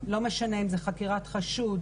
לא משנה אם זה חקירת חשוד,